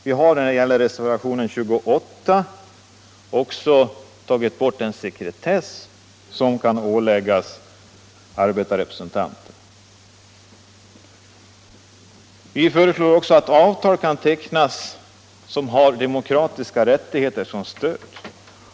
I reservationen 28 har vi också föreslagit borttagande av den sekretess som nu kan åläggas arbetarrepresentanter. Vi föreslår även att avtal skall kunna tecknas, som har demokratiska rättigheter som stöd.